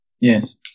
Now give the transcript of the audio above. Yes